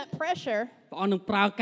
pressure